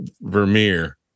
Vermeer